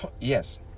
yes